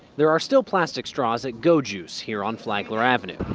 there are still plastic straws at go juice here on flagler avenue.